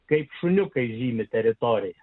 kaip šuniukai žymi teritoriją